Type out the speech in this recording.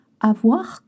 Avoir